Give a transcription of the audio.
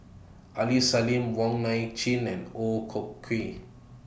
Aini Salim Wong Nai Chin and Ooi Kok Chuen